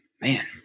man